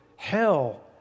hell